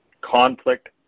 conflict